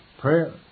prayer